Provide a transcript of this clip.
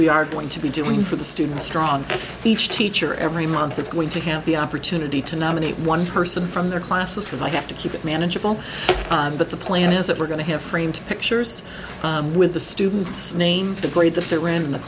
we are going to be doing for the students strong each teacher every month is going to have the opportunity to nominate one person from their classes because i have to keep it manageable but the plan is that we're going to have framed pictures with the students name the grade